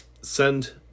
send